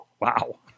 Wow